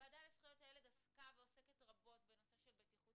הוועדה לזכויות הילד עסקה ועוסקת רבות בנושא של בטיחות